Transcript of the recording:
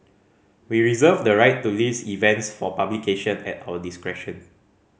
we reserve the right to list events for publication at our discretion